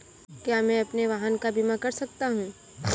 क्या मैं अपने वाहन का बीमा कर सकता हूँ?